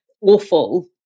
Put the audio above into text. awful